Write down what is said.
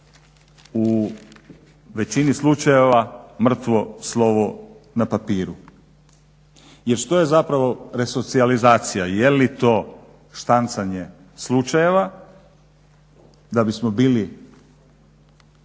u većini slučajeva mrtvo slovo na papiru. Jer što je zapravo resocijalizacija? Jeli to štancanje slučajeva da bismo dobili